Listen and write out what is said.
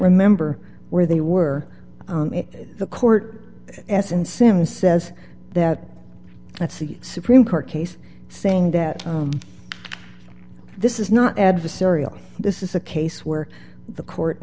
remember where they were the court as in sam says that that's the supreme court case saying that this is not adversarial this is a case where the court